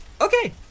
Okay